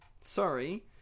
sorry